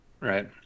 Right